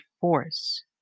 force